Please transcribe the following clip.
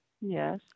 Yes